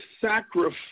sacrifice